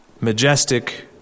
majestic